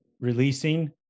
releasing